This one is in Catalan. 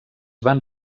van